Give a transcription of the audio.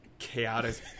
Chaotic